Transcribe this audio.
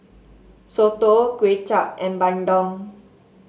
soto Kway Chap and bandung